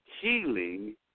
healing